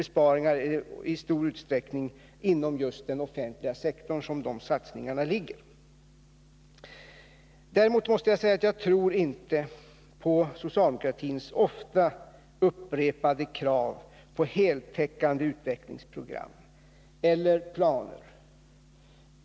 Dessa satsningar hänför sig i stor utsträckning till besparingar just inom den offentliga sektorn. Däremot måste jag säga att jag inte tror på socialdemokratins ofta upprepade krav på heltäckande utvecklingsprogram eller planer.